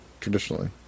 traditionally